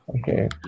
Okay